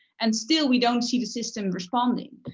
and still we don't see the system responding.